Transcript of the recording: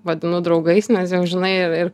vadinu draugais nes jau žinai ir ir